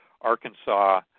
Arkansas